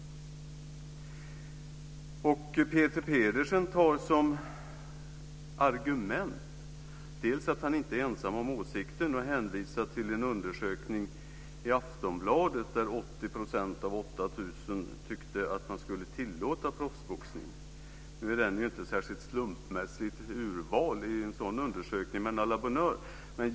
Peter Pedersen tar som argument att han inte är ensam om åsikten. Han hänvisar till en undersökning i Aftonbladet där 80 % av 8 000 tyckte att man skulle tillåta proffsboxning. Nu är inte en sådan undersökning särskilt slumpmässig i sitt urval, men à la bonne heure.